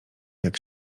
jak